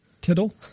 tittle